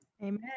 Amen